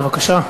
בבקשה.